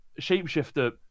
shapeshifter